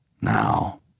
Now